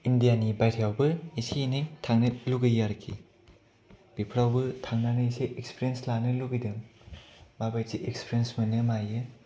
इन्डियानि बाहायरायावबो एसे एनै थांनो लुबैयो आरोखि बेफोरावबो थांनानै एसे एक्सपेरियेन्स लानो लुबैदों माबायदि एक्सपेरियेन्स मोनो मायो